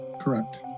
Correct